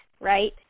right